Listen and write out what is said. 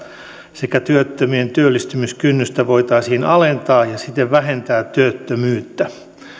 sekä työttömien työllistymiskynnystä voitaisiin alentaa ja siten vähentää työttömyyttä